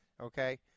Okay